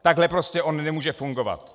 Takhle prostě on nemůže fungovat.